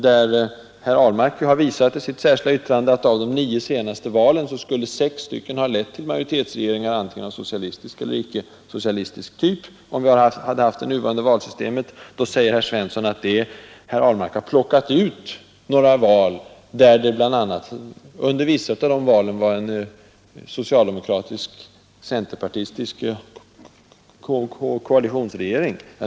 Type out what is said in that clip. Herr Ahlmark har i sitt särskilda yttrande visat att av de nio senaste valen skulle sex ha lett till majoritetsregeringar av socialistisk eller icke-socialistisk typ, om vi hade haft det nuvarande valsystemet. Då säger herr Svensson att herr Ahlmark har plockat ut några val, och vid vissa av dem hade vi en socialdemokratisk-centerpartistisk koalitionsregering.